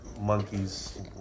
monkeys